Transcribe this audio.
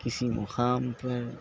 کسی مقام پر